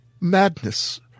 Madness